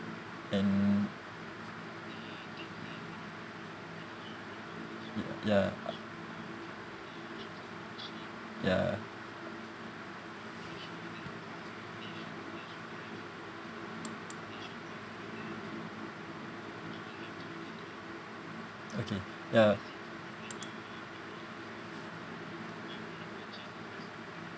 and ya ya okay ya